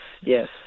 yes